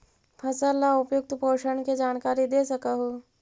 फसल ला उपयुक्त पोषण के जानकारी दे सक हु?